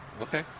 Okay